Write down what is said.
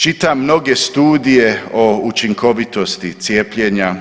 Čitam mnoge studije o učinkovitosti cijepljenja,